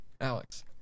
Alex